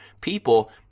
people